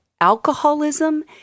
alcoholism